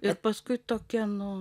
ir paskui tokia nu